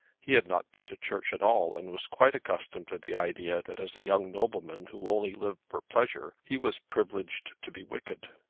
he had not been to church at all, and was quite accustomed to the idea that as a young nobleman who only lived for pleasure he was privileged to be wicked.